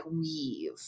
weave